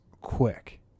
quick